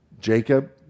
Jacob